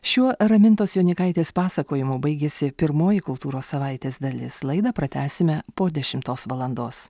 šiuo ramintos jonykaitės pasakojimu baigėsi pirmoji kultūros savaitės dalis laidą pratęsime po dešimtos valandos